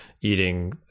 eating